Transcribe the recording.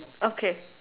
okay